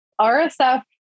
RSF